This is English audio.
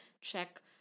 check